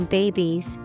babies